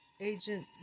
Agent